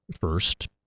first